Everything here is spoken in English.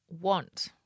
want